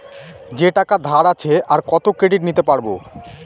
যে টাকা ধার আছে, আর কত ক্রেডিট নিতে পারবো?